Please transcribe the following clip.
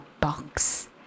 box